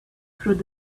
through